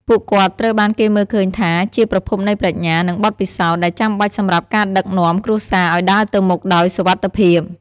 ពួកគាត់ត្រូវបានគេមើលឃើញថាជា ប្រភពនៃប្រាជ្ញា និងបទពិសោធន៍ ដែលចាំបាច់សម្រាប់ការដឹកនាំគ្រួសារឲ្យដើរទៅមុខដោយសុវត្ថិភាព។